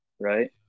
right